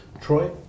Troy